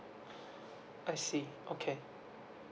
I see okay